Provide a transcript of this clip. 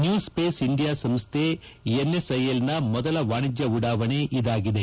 new ಸ್ವೇಸ್ India ಸಂಸ್ದೆ NSIL ಮೊದಲ ವಾಣಿಜ್ಯ ಉಡಾವಣೆ ಇದಾಗಿದೆ